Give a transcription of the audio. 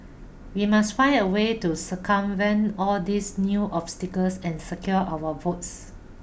we must find a way to circumvent all these new obstacles and secure our votes